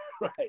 Right